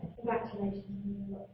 congratulations